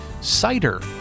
cider